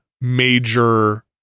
major